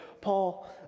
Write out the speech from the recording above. Paul